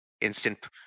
Instant